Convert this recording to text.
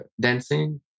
dancing